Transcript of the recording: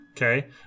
Okay